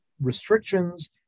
restrictions